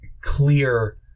clear